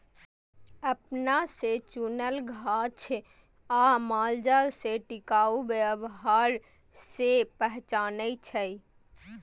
अपना से चुनल गाछ आ मालजाल में टिकाऊ व्यवहार से पहचानै छै